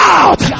out